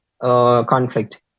conflict